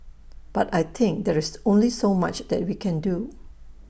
but I think there's only so much that we can do